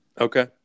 Okay